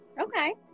Okay